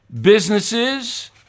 Businesses